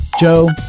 Joe